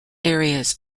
areas